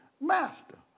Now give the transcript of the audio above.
Master